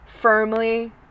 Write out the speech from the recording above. firmly